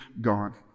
gone